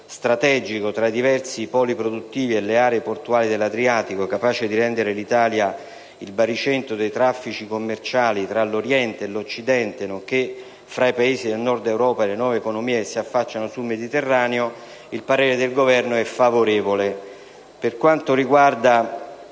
strategico tra i diversi poli produttivi e le aree portuali dell'Adriatico, capace di rendere l'Italia il baricentro dei traffici commerciali tra l'Oriente e l'Occidente, nonché fra i Paesi del Nord Europa e le nuove economie che si affacciano sul Mediterraneo», il parere del Governo è favorevole. Per quanto riguarda